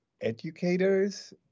educators